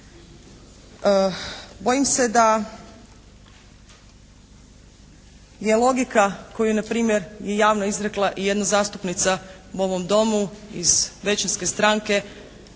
Bojim se da je logika koju na primjer je javno izrekla i jedna zastupnica u ovom domu iz većinske stranke